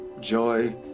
joy